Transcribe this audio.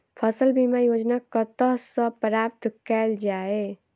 फसल बीमा योजना कतह सऽ प्राप्त कैल जाए?